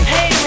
Hey